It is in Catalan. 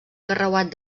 carreuat